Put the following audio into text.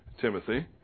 Timothy